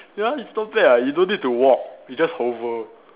ya it's not bad [what] you don't need to walk you just hover